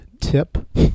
tip